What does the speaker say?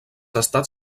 estats